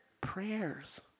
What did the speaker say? prayers